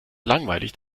langweilig